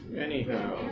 anyhow